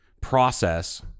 process